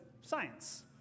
science